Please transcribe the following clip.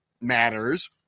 Matters